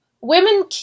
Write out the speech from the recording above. women